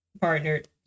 partnered